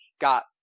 got